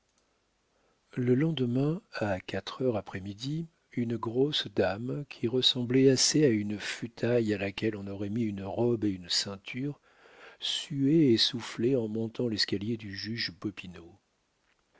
le lendemain à quatre heures après midi une grosse dame qui ressemblait assez à une futaille à laquelle on aurait mis une robe et une ceinture suait et soufflait en montant l'escalier du juge